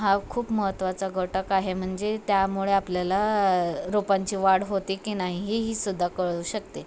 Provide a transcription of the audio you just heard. हा खूप महत्त्वाचा घटक आहे म्हणजे त्यामुळे आपल्याला रोपांची वाढ होते की नाही ही सुुद्धा कळू शकते